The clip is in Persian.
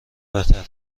بهتر